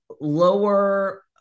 lower